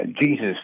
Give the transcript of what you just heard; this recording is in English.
Jesus